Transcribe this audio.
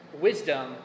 wisdom